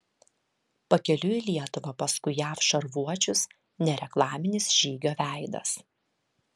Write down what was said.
pakeliui į lietuvą paskui jav šarvuočius nereklaminis žygio veidas